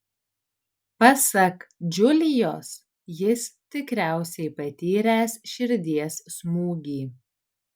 pasak džiulijos jis tikriausiai patyręs širdies smūgį